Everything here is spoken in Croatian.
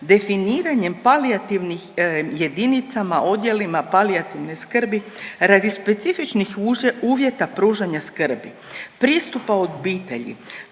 definiranjem palijativnih jedinicama, odjelima palijativne skrbi radi specifičnih uvjeta pružanja skrbi, pristupa obitelji,